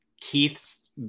Keith's